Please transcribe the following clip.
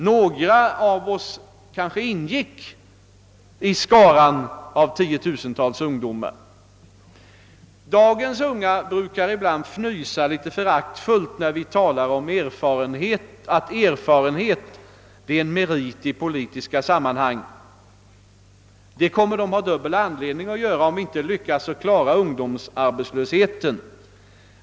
Några av oss kanske ingick i denna skara. Dagens unga brukar ibland fnysa litet föraktfullt när vi talar om att erfarenhet är en merit i politiska sammanhang. Det kommer de att ha dubbel anledning att göra, om vi inte lyckas klara ungdomsarbetslösheten.